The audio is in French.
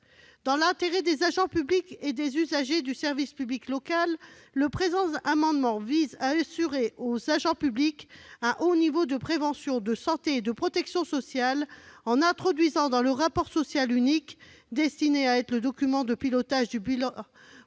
Dans l'intérêt des agents publics et des usagers du service public local, cet amendement vise à assurer aux agents publics un haut niveau de prévention, de santé et de protection sociale, en introduisant dans le rapport social unique, qui est destiné à être le document de pilotage du bilan